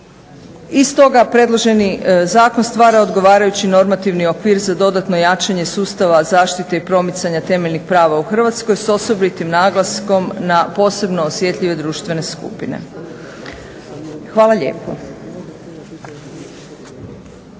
I stoga predloženi zakon stvara odgovarajući normativni okvir za dodatno jačanje sustava zaštite i promicanja temeljnih prava u Hrvatskoj s osobitim naglaskom na posebno osjetljive društvene skupine. Hvala lijepo.